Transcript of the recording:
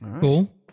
Cool